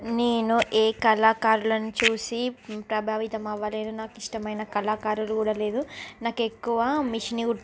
నేను ఏ కళాకారులను చూసి ప్రభావితం అవ్వలేదు నాకు ఇష్టమైన కళాకారులు కూడా లేరు నాకు ఎక్కువ మిషన్ కు